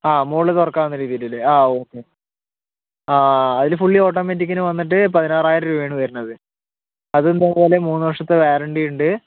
ആ മുകളിൽ തുറക്കാവുന്ന രീതിയിൽ ഇല്ലേ ആ ഓക്കെ ആ അതിൽ ഫുള്ളി ഓട്ടോമാറ്റിക്കിന് വന്നിട്ട് പതിനാറായിരം രൂപയാണ് വരണത് അതെന്തായാലും മൂന്നു വർഷത്തെ വാറണ്ടി ഉണ്ട്